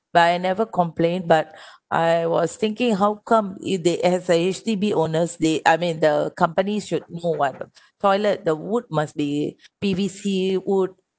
but I never complained but I was thinking how come it they as a H_D_B owners they I mean the companies should know what toilet the wood must be P_V_C wood